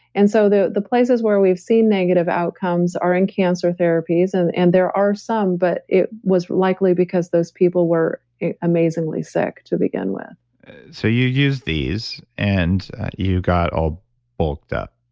and so the the places where we've seen negative outcomes are in cancer therapies and and there are some but it was likely because those people were amazingly sick to begin with so you used these and you got all bulked up.